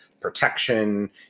protection